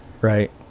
Right